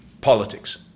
politics